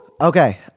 Okay